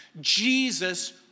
Jesus